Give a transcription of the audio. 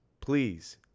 Please